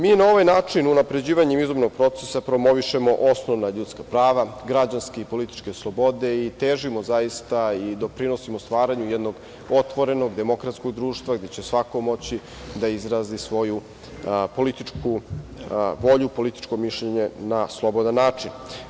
Mi na ovaj način unapređivanjem izbornog procesa promovišemo osnovna ljudska prava, građanske i političke slobode i težimo zaista i doprinosimo stvaranju jednog otvorenog demokratskog društva gde će svako moći da izrazi svoju političku volju, političko mišljenje na slobodan način.